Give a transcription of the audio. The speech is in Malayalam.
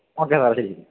ഓക്കെ സാറേ ശരി